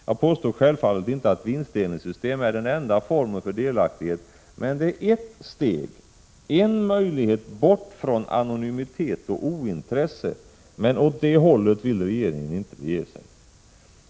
Jag påstår självfallet inte att vinstdelningssystem är den enda formen för delaktighet, men det är ett steg, en möjlighet bort från anonymitet och ointresse, men åt det hållet vill regeringen inte bege sig.